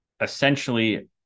essentially